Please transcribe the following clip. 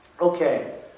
Okay